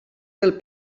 del